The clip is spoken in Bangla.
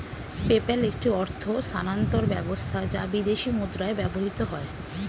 পেপ্যাল একটি অর্থ স্থানান্তর ব্যবস্থা যা বিদেশী মুদ্রায় ব্যবহৃত হয়